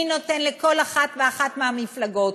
מי נותן לכל אחת ואחת מהמפלגות.